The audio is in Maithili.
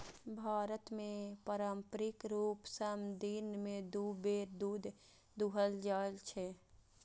भारत मे पारंपरिक रूप सं दिन मे दू बेर दूध दुहल जाइ छै